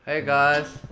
hey guys,